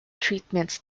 treatments